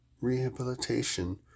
rehabilitation